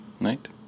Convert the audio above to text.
Right